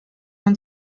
man